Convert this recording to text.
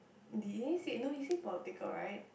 did they said no he say political right